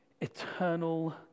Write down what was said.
eternal